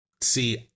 see